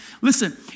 Listen